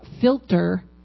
filter